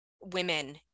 women